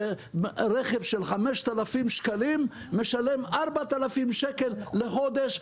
שרכב של 5,000 ש"ח משלם 4,000 ש"ח לחודש,